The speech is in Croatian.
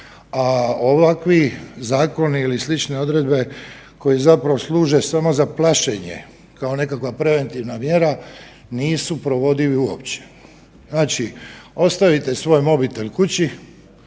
a ovakvi zakoni ili slične odredbe koje služe samo za plašenje kao nekakva preventivna mjera nisu provedivi uopće. Znači, ostavite svoj mobitel kući,